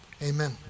Amen